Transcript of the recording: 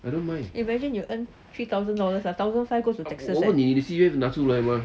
imagine you earn three thousand dollars a thousand five goes to taxes eh